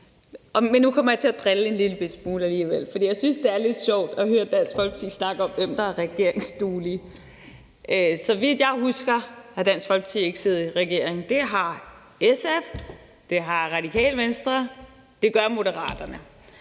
Men nu kommer jeg alligevel til at drille en lillebitte smule, for jeg synes, det er lidt sjovt at høre Dansk Folkeparti snakke om, hvem der er regeringsduelige. Så vidt jeg husker, har Dansk Folkeparti ikke siddet i regering; det har SF, det har Radikale Venstre, og det gør Moderaterne.